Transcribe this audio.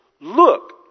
look